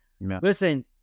Listen